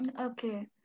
okay